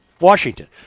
Washington